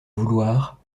vouloir